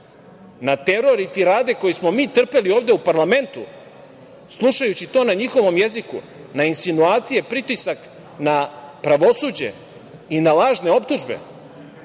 Na teror i tirade koje smo mi trpeli ovde u parlamentu, slušajući to na njihovom jeziku? Na insinuacije? Pritisak na pravosuđe i na lažne optužbe?